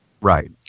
Right